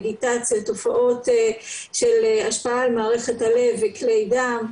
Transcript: תופעות של השפעה על מערכת הלב וכלי דם,